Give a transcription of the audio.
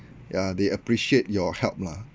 yeah they appreciate your help lah